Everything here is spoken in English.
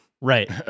Right